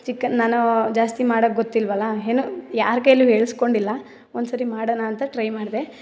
chicken ನಾನೂ ಜಾಸ್ತಿ ಮಾಡೋಕೆ ಗೊತ್ತಿಲ್ವಲ್ಲ ಏನೊ ಯಾರ ಕೈಲು ಹೇಳ್ಸ್ಕೊಂಡು ಇಲ್ಲ ಒಂದು ಸರಿ ಮಾಡೋಣ ಅಂತ ಟ್ರೈ ಮಾಡಿದೆ